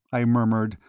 i murmured,